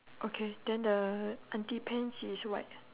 okay then the auntie pants is white